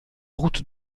route